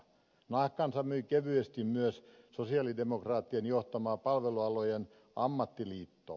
nahkansa myi kevyesti myös sosialidemokraattien johtama palvelualojen ammattiliitto